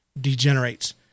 degenerates